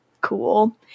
Cool